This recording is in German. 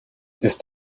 ist